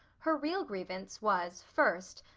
her real grievance was, first,